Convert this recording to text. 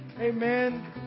Amen